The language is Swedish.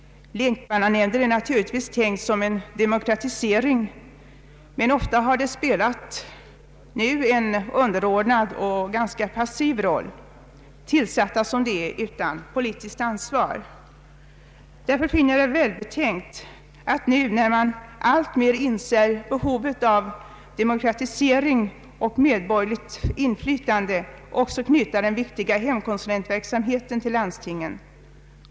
Lekmannanämnden är naturligtvis tänkt som en demokratisering, men ofta har den spelat en underordnad och ganska passiv roll, tillsatt som den är utan politiskt ansvar. Eftersom man nu alltmer inser behovet av demokratisering och medborgerligt inflytande finner jag det välbetänkt att också knyta den viktiga hemkonsulentverksamheten till landstingen.